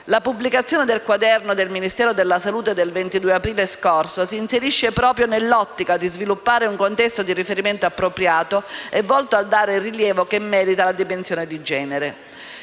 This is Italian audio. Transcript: La pubblicazione del Quaderno del Ministero della salute del 22 aprile scorso si inserisce proprio nell'ottica di sviluppare un contesto di riferimento appropriato volto a dare il rilievo che merita alla dimensione di genere.